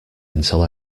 until